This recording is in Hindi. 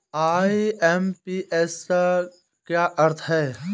आई.एम.पी.एस का क्या अर्थ है?